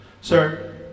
Sir